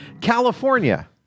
California